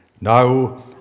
now